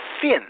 fin